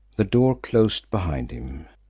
the door closed behind him.